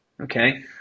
Okay